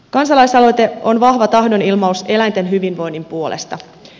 kansalaisaloite on vahva tahdonilmaus eläinten hyvinvoinnin puolesta